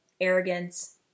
arrogance